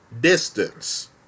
distance